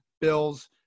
Bills